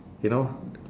you know